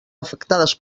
afectades